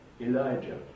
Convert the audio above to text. Elijah